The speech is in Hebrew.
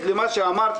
כי זה יעמוד בפני